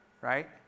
right